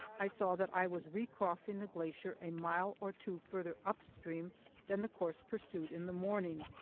i saw that i was recrossing the glacier a mile or two farther up stream than the course pursued in the morning,